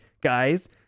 guys